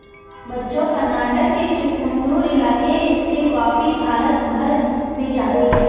बच्चों कर्नाटक के चिकमंगलूर इलाके से कॉफी भारत भर में जाती है